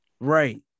Right